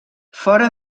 fora